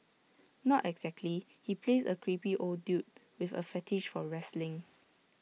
not exactly he plays A creepy old dude with A fetish for wrestling